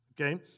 okay